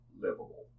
Livable